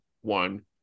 one